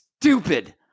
stupid